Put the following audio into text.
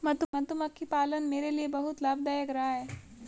मधुमक्खी पालन मेरे लिए बहुत लाभदायक रहा है